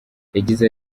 yagize